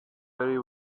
very